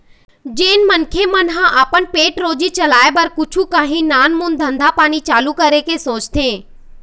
जेन मनखे मन ह अपन पेट रोजी चलाय बर कुछु काही नानमून धंधा पानी चालू करे के सोचथे